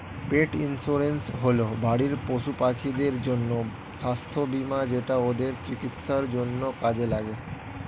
পেট insurance হল বাড়ির পশুপাখিদের জন্য স্বাস্থ্য বীমা যেটা ওদের চিকিৎসার জন্য কাজে লাগে